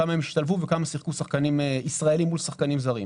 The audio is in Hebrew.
כמה הם השתלבו וכמה שיחקו שחקנים ישראלים מול שחקנים זרים.